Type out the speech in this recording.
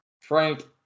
Frank